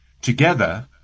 together